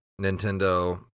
Nintendo